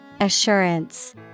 Assurance